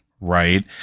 right